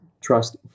Trust